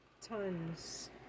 Tons